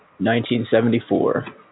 1974